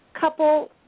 couple